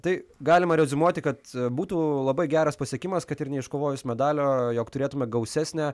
tai galima reziumuoti kad būtų labai geras pasiekimas kad ir neiškovojus medalio jog turėtume gausesnę